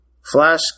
Flash